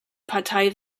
partei